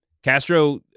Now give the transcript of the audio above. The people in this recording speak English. Castro